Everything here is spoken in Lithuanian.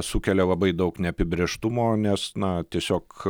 sukelia labai daug neapibrėžtumo nes na tiesiog